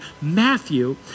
Matthew